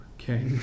Okay